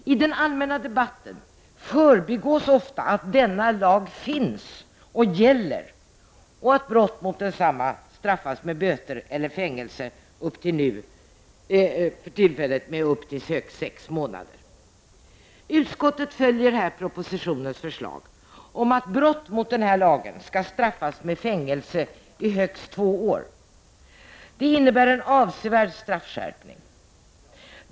I den allmänna debatten förbigås ofta att denna lag finns och gäller och att brott mot densamma för närvarande straffas med böter eller fängelse i högst sex månader. Utskottet följer här propositionens förslag om att brott mot denna lagbestämmelse skall straffas med fängelse i högst två år. Detta innebär en avsevärd straffskärpning.